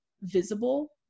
visible